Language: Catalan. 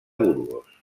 burgos